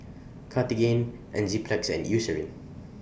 Cartigain Enzyplex and Eucerin